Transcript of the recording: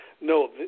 No